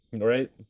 Right